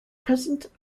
president